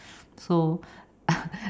so